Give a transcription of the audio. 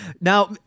Now